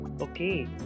Okay